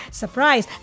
surprise